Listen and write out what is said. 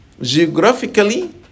geographically